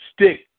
stick